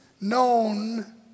known